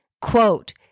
Quote